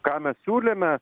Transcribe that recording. ką mes siūlėme